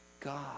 God